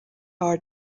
are